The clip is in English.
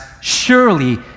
Surely